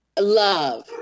Love